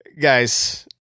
guys